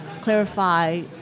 clarify